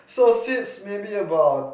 so seeds maybe about